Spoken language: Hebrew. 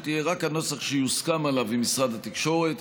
יהיה רק הנוסח שיוסכם עליו עם משרד התקשורת,